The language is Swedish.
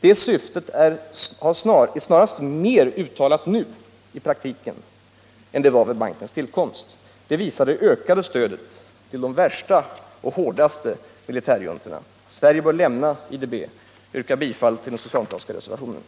Det syftet är i praktiken snarast mer uttalat nu än det var vid bankens tillkomst. Det visar det ökade stödet till de värsta och hårdaste militärjuntorna. Sverige bör lämna IDB! Jag yrkar bifall till de socialdemokratiska reservationerna.